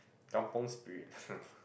kampung Spirit